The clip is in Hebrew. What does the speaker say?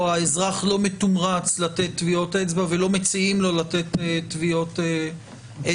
או שהאזרח לא מתומרץ לתת טביעות אצבע ולא מציעים לו לתת טביעות אצבע.